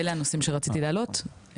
אלה הנושאים שרציתי להעלות.